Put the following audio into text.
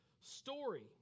story